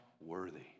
worthy